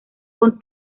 con